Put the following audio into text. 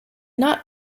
not